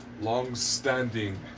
long-standing